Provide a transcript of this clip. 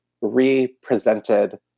re-presented